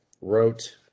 wrote